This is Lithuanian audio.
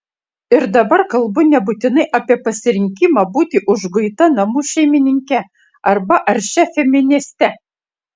ir dabar kalbu nebūtinai apie pasirinkimą būti užguita namų šeimininke arba aršia feministe